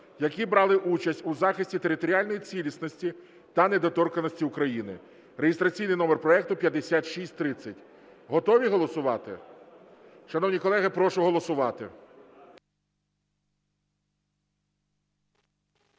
які брали участь у захисті територіальної цілісності та недоторканності України (реєстраційний номер проекту 5630). Готові голосувати? Шановні колеги, прошу голосувати.